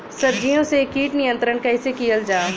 सब्जियों से कीट नियंत्रण कइसे कियल जा?